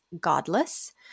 Godless